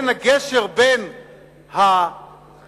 הגשר בין היהדות